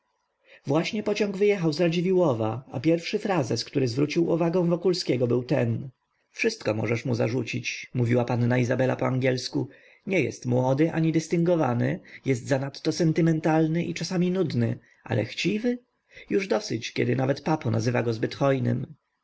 właśnie pociąg wyjechał z radziwiłłowa a pierwszy frazes który zwrócił uwagę wokulskiego był ten wszystko możesz mu zarzucić mówiła panna izabela po angielsku nie jest młody ani dystyngowany jest zanadto sentymentalny i czasami nudny ale chciwy już dosyć kiedy nawet papo nazywa go zbyt hojnym